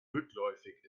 rückläufig